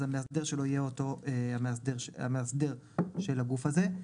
אז המאסדר שלו יהיה אותו המאסדר של הגוף הזה.